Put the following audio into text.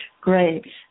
Great